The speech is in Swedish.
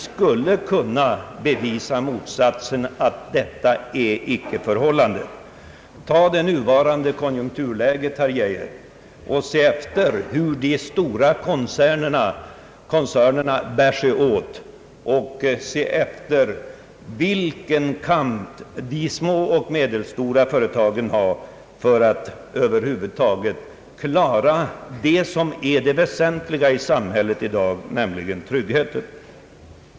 Se hur de stora koncernerna bär sig åt i nuvarande konjunkturläge, herr Geijer, och se hur de små och medelstora företagen får kämpa för att över huvud taget klara det som är det väsentliga i samhället i dag, nämligen tryggheten.